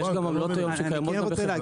יש גם עמלות היום שקיימות ב --- אני כן רוצה להגיד